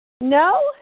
No